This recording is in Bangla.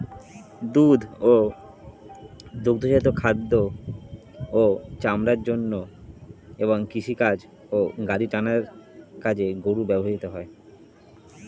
দুধ ও দুগ্ধজাত খাদ্য ও চামড়ার জন্য এবং কৃষিকাজ ও গাড়ি টানার কাজে গরু ব্যবহৃত হয়